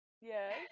Yes